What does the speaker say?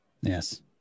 Yes